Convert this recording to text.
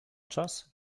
czas